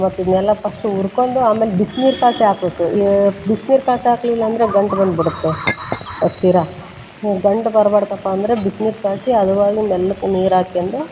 ಮತ್ತು ಇದನ್ನೆಲ್ಲ ಫಸ್ಟು ಹುರ್ಕೊಂದು ಆಮೇಲೆ ಬಿಸ್ನೀರು ಕಾಯ್ಸಿ ಹಾಕ್ಬೇಕು ಯ ಬಿಸ್ನೀರು ಕಾಯ್ಸಿ ಹಾಕ್ಲಿಲ್ಲ ಅಂದರೆ ಗಂಟು ಗಂಟು ಬರುತ್ತೆ ಅದು ಶೀರಾ ಗಂಟು ಬರಬಾರ್ದಪ್ಪ ಅಂದರೆ ಬಿಸ್ನೀರು ಕಾಯ್ಸಿ ಅದ್ರ ಒಳಗೆ ಮೆಲ್ಲಗ್ ನೀರಾಕ್ಯಂಡು